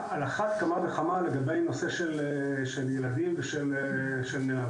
על אחת כמה וכמה לגבי הנושא של ילדים ושל נערים.